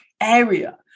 area